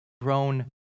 grown